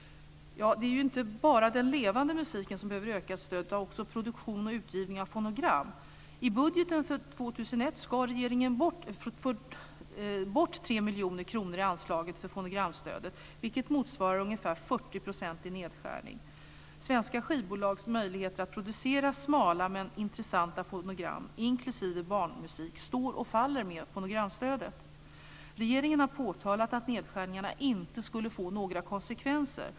Det är inte bara den levande musiken som behöver ökat stöd utan också produktionen och utgivningen av fonogram. I budgeten för 2001 skar regeringen bort 3 miljoner kronor i anslaget för fonogramstödet, vilket motsvarar ungefär 40 % i nedskärning. Svenska skivbolags möjligheter att producera smala men intressanta fonogram, inklusive barnmusik, står och faller med fonogramstödet. Regeringen har påtalat att nedskärningarna inte skulle få några konsekvenser.